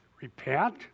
Repent